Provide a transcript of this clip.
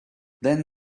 then